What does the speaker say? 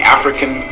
African